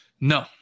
No